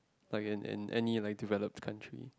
like in in any like developed country